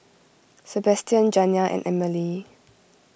Sebastian Janiah and Amalie